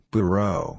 Bureau